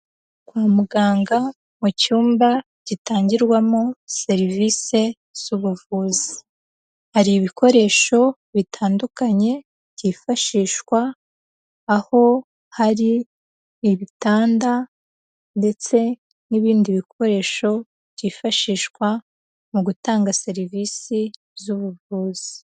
Kwa muganga mu cyumba gitangirwamo serivise z'ubuvuzi. Hari ibikoresho bitandukanye byifashishwa, aho hari ibitanda ndetse n'ibindi bikoresho byifashishwa mu gutanga serivisi z'ubuvuzi.